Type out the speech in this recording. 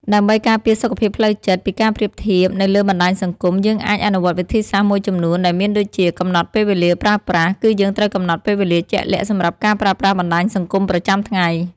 ដើម្បីការពារសុខភាពផ្លូវចិត្តពីការប្រៀបធៀបនៅលើបណ្ដាញសង្គម យើងអាចអនុវត្តវិធីសាស្រ្តមួយចំនួនដែលមានដូចជា កំណត់ពេលវេលាប្រើប្រាស់ គឺយើងត្រូវកំណត់ពេលវេលាជាក់លាក់សម្រាប់ការប្រើប្រាស់បណ្ដាញសង្គមប្រចាំថ្ងៃ។